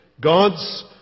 God's